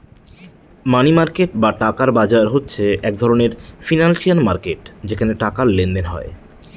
মানি market বা টাকার বাজার হচ্ছে এক ধরনের ফিনান্সিয়াল মার্কেট যেখানে টাকার লেনদেন হয়